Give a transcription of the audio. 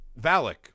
Valak